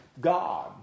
God